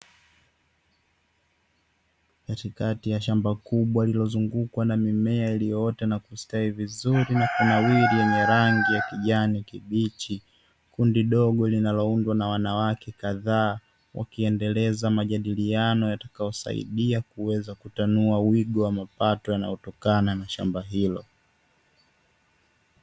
Katikati ya shamba kubwa lililozungukwa na mimea iliyoota na kustawi vizuri na kunawiri yenye rangi ya kijani kibichi, kundi dogo linaloundwa na wanawake kadhaa wakiendeleza majadiliano yatakayosaidia kuweza kutanua wigo wa mapato yanayotokana na shamba hilo.